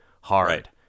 hard